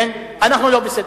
אנחנו לא בסדר.